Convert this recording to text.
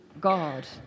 God